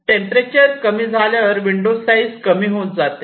temperature कमी झाल्या झाल्यावर विंडो साइज कमी होत जाते